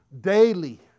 daily